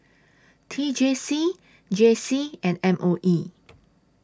T J C J C and M O E